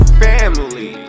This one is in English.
family